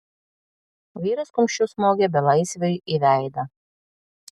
vyras kumščiu smogė belaisviui į veidą